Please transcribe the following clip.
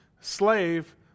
Slave